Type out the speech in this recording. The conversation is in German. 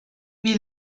wie